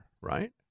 right